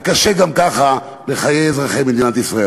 שגם ככה הוא קשה לאזרחי מדינת ישראל.